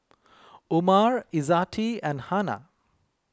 Umar Izzati and Hana